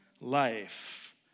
life